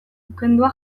ukendua